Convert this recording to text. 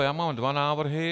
Já mám dva návrhy.